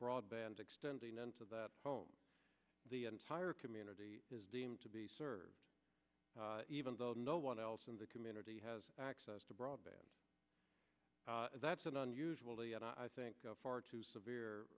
broadband extending into the home the entire community is deemed to be served even though no one else in the community has access to broadband that's an unusually and i think far too severe